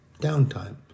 downtime